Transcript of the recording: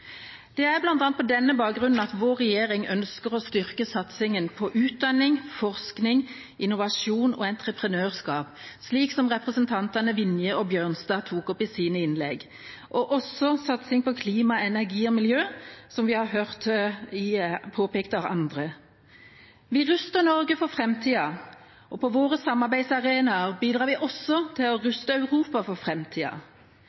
Det er bl.a. på denne bakgrunnen at vår regjering ønsker å styrke satsingen på utdanning, forskning, innovasjon og entreprenørskap, slik som representantene Vinje og Bjørnstad tok opp i sine innlegg, og på klima, energi og miljø, som vi har hørt påpekt av andre. Vi ruster Norge for framtida, og på våre samarbeidsarenaer bidrar vi også til å